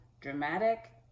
dramatic